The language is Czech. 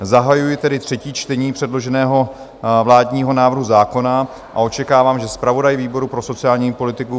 Zahajuji tedy třetí čtení předloženého vládního návrhu zákona a očekávám, že zpravodaj výboru pro sociální politiku.